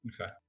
Okay